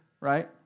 right